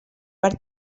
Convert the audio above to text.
per